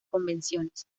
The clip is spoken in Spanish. convenciones